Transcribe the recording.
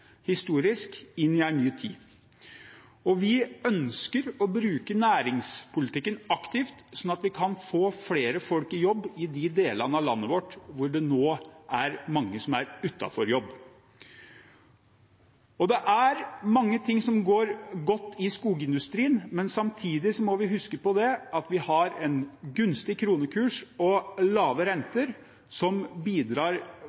historisk sett har vært viktige for Norge, inn i en ny tid. Vi ønsker å bruke næringspolitikken aktivt, slik at vi kan få flere folk i jobb i de delene av landet vårt hvor det nå er mange som er utenfor jobb. Det er mange ting som går godt i skogindustrien. Samtidig må vi huske at vi har en gunstig kronekurs og lave renter, som bidrar